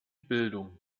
bildung